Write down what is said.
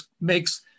makes